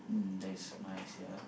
mm that's nice yeah